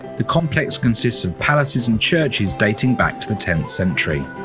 the complex consists of palaces and churches dating back to the tenth century.